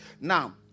Now